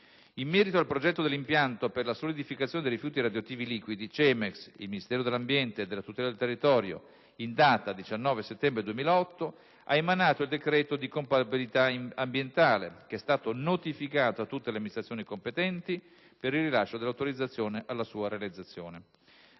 In merito al progetto dell'impianto per la solidificazione dei rifiuti radioattivi liquidi, CEMEX, il Ministero dell'ambiente e della tutela del territorio e del mare, in data 19 settembre 2008, ha emanato il decreto di compatibilità ambientale (VIA) che è stato notificato a tutte le amministrazioni competenti per il rilascio dell'autorizzazione alla sua realizzazione.